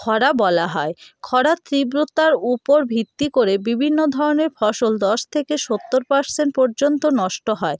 খরা বলা হয় খরার তীব্রতার ওপর ভিত্তি করে বিভিন্ন ধরনের ফসল দশ থেকে সত্তর পারসেন্ট পর্যন্ত নষ্ট হয়